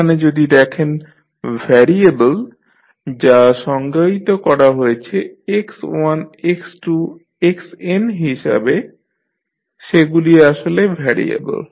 এখানে যদি দেখেন ভ্যারিয়েবল যা সংজ্ঞায়িত করা হয়েছে x1 x2 xn হিসাবে সেগুলি আসলে ভ্যারিয়েবল